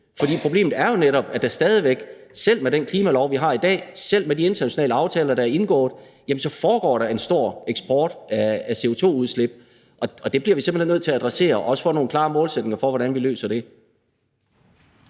For problemet er jo netop, at der stadig væk, selv med den klimalov, vi har i dag, selv med de internationale aftaler, der er indgået, foregår en stor eksport af CO2-udslip, og det bliver vi simpelt hen nødt til at adressere og også få nogle klare målsætninger for hvordan vi løser.